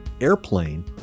airplane